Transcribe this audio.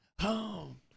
home